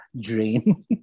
drain